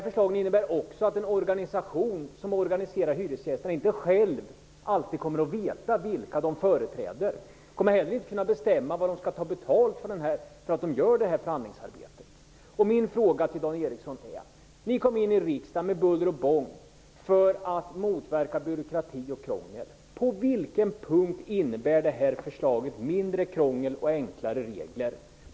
Förslagen innebär också att en organisation som organiserar hyresgästerna inte alltid själv kommer att veta vilka den företräder. Organisationen kommer inte heller att kunna bestämma vad den skall ha betalt för att utföra förhandlingsarbetet. Ny demokrati kom in i riksdagen med buller och bång för att motverka byråkrati och krångel. Min fråga till Dan Eriksson är: På vilken punkt innebär det här förslaget mindre krångel och enklare regler?